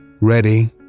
ready